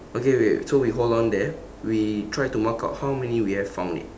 okay wait so we hold on there we try to mark out how many we have found it